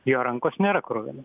jo rankos nėra kruvina